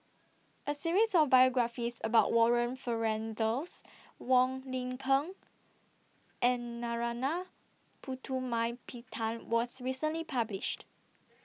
A series of biographies about Warren Fernandez Wong Lin Ken and Narana Putumaippittan was recently published